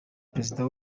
prezida